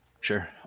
Sure